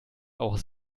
auch